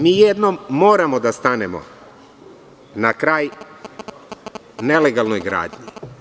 Mi jednom moramo da stanemo na kraj nelegalnoj gradnji.